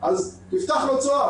אז תפתח לו צוהר.